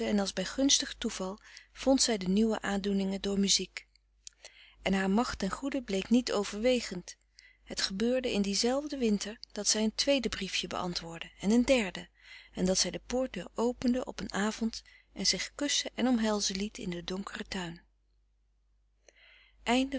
als bij gunstig toeval vond zij de nieuwe aandoeningen door muziek en haar macht ten goede bleek niet overwegend het gebeurde in dienzelfden winter dat zij een tweede briefje beantwoordde en een derde en dat zij de poortdeur opende op een avond en zich kussen en omhelzen liet in den donkeren tuin